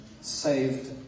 Saved